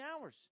hours